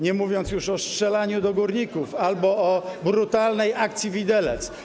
Nie mówiąc już o strzelaniu do górników albo o brutalnej akcji ˝Widelec˝